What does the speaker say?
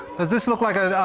ah this look like, ah, a